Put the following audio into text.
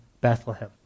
Bethlehem